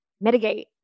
mitigate